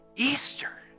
Easter